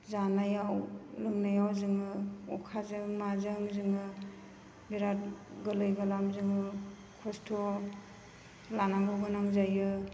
जानायाव लोंनायाव जोङो अखाजों माजों जोङो बिराद गोरलै गोलाम जोङो खस्त' लानांगौ गोनां जायो